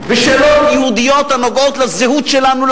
ושאלות יהודיות הנוגעות לזהות שלנו,